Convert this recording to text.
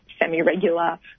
semi-regular